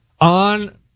On